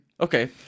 Okay